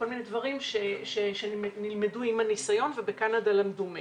כל מיני דברים שנלמדו עם הניסיון ובקנדה למדו מהם.